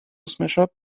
smashup